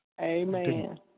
amen